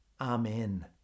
Amen